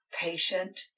patient